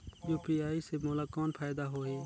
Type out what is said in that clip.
UPI से मोला कौन फायदा होही?